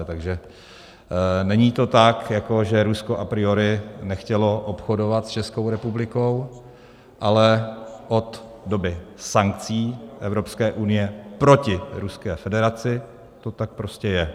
Takže není to tak, že Rusko a priori nechtělo obchodovat s Českou republikou, ale od doby sankcí Evropské unie proti Ruské federaci to tak prostě je.